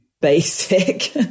basic